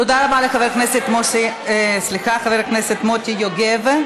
תודה רבה לחבר הכנסת מוטי יוגב.